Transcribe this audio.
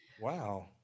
Wow